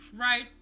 Right